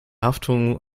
haftung